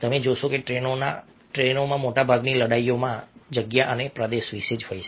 તમે જોશો કે ટ્રેનોમાં મોટાભાગની લડાઈઓ જગ્યા અને પ્રદેશ વિશે હોય છે